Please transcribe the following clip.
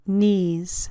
knees